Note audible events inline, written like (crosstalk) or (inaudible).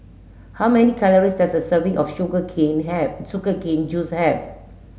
how many calories does a serving of sugar (unintelligible) have sugar cane juice have